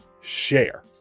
Share